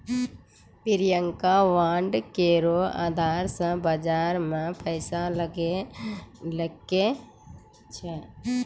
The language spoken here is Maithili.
प्रियंका बांड केरो अधार से बाजार मे पैसा लगैलकै